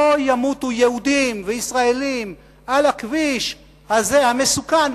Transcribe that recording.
לא ימותו יהודים וישראלים על הכביש הזה המסוכן,